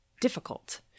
difficult